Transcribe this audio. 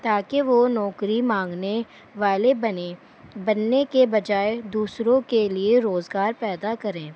تا کہ وہ نوکری مانگنے والے بنیں بننے کے بجائے دوسروں کے لیے روزگار پیدا کریں